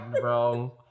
bro